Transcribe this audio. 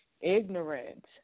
ignorant